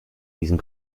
diesem